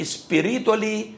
spiritually